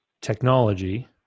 Technology